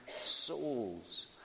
souls